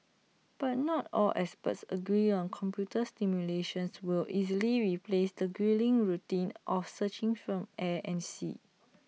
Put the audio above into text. but not all experts agree on computer simulations will easily replace the gruelling routine of searching from air and sea